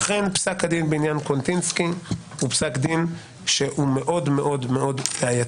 אכן פסק הדין בעניין קוונטינסקי הוא פסק דין שהוא מאוד מאוד בעייתי,